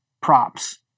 props